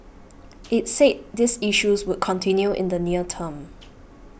it said these issues would continue in the near term